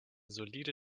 solide